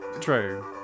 true